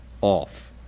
off